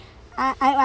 uh I ah